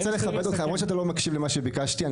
למרות שאתה לא מקשיב למה שביקשתי,